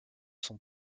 son